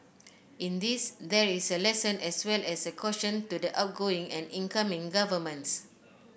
in this there is a lesson as well as a caution to the outgoing and incoming governments